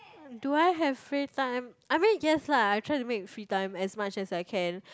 do I have free time I mean yes lah I try to make free time as much as I can